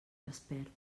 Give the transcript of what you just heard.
despert